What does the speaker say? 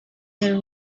there